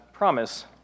Promise